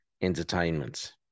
entertainment